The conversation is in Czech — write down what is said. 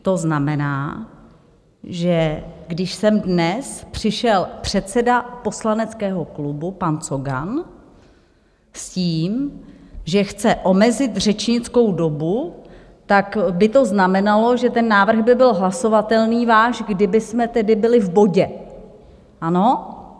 To znamená, že když sem dnes přišel předseda poslaneckého klubu pan Cogan s tím, že chce omezit řečnickou dobu, tak by to znamenalo, že ten váš návrh by byl hlasovatelný, kdybychom tedy byli v bodě, ano?